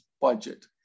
budget